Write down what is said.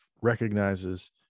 recognizes